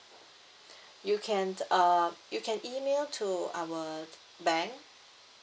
you can err you can email to our bank